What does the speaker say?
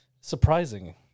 surprising